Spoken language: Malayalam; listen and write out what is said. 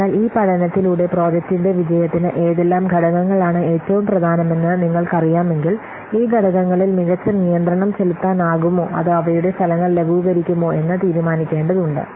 അതിനാൽ ഈ പഠനത്തിലൂടെ പ്രോജക്ടിന്റെ വിജയത്തിന് ഏതെല്ലാം ഘടകങ്ങളാണ് ഏറ്റവും പ്രധാനമെന്ന് നിങ്ങൾക്കറിയാമെങ്കിൽ ഈ ഘടകങ്ങളിൽ മികച്ച നിയന്ത്രണം ചെലുത്താനാകുമോ അതോ അവയുടെ ഫലങ്ങൾ ലഘൂകരിക്കുമോ എന്ന് തീരുമാനിക്കേണ്ടതുണ്ട്